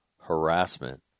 harassment